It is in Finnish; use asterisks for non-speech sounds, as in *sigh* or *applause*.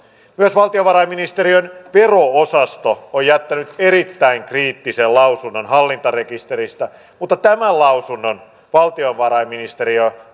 myös valtiovarainministeriön vero osasto on jättänyt erittäin kriittisen lausunnon hallintarekisteristä mutta tämän lausunnon valtiovarainministeriö *unintelligible*